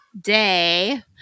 day